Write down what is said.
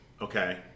Okay